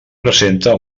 presenta